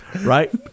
Right